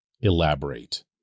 elaborate